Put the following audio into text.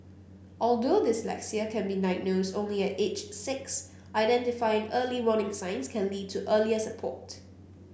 although dyslexia can be diagnosed only at age six identifying early warning signs can lead to earlier support